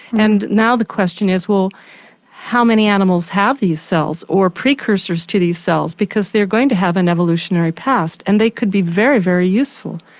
and now the question is well how many animals have these cells, or precursors to these cells, because they are going to have an evolutionary past and they could be very, very useful,